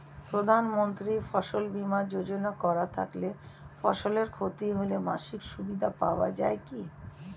প্রধানমন্ত্রী ফসল বীমা যোজনা করা থাকলে ফসলের ক্ষতি হলে মাসিক সুবিধা পাওয়া য়ায় কি?